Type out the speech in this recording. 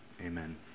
Amen